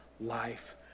life